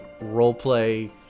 roleplay